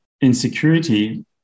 insecurity